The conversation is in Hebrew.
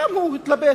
גם הוא התלבט.